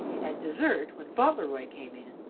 at dessert, when fauntleroy came in,